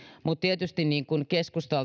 mutta tietysti täällä keskustan